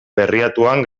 berriatuan